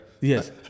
Yes